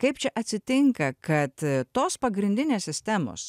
kaip čia atsitinka kad tos pagrindinės sistemos